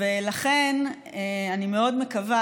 לכן אני מאד מקווה,